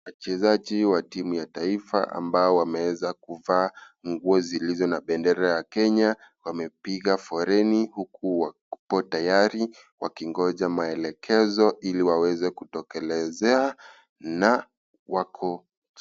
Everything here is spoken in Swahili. Wachezaji wa timu ya taifa ambao wameeza kuvaa nguo zilizo na bendera Kenya, wamepiga foleni huku wakikuwa tayari, wakingoja maelekezo ili waweze kutokelezea na wako.